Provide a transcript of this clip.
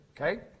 Okay